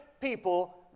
people